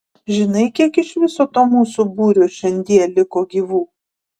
žinai kiek iš viso to mūsų būrio šiandie liko gyvų